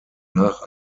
nach